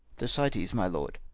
thersites, my lord.